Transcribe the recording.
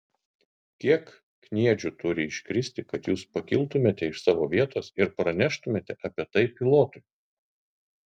kiek kniedžių turi iškristi kad jūs pakiltumėte iš savo vietos ir praneštumėte apie tai pilotui